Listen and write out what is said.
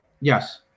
Yes